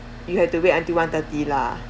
you had to wait until one-thirty lah